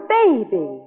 baby